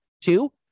two